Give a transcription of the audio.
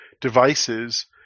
devices